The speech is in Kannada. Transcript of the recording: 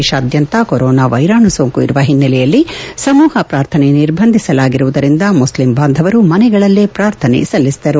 ದೇಶಾದ್ಯಂತ ಕೊರೊನಾ ವ್ಲೆರಾಣು ಸೋಂಕು ಇರುವ ಹಿನ್ನೆಲೆಯಲ್ಲಿ ಸಮೂಹ ಪ್ರಾರ್ಥನೆ ನಿರ್ಬಂಧಿಸಲಾಗಿರುವುದರಿಂದ ಮುಸ್ಲಿಂ ಬಾಂಧವರು ಮನೆಗಳಲ್ಲೇ ಪ್ರಾರ್ಥನೆ ಸಲಿಸಿದರು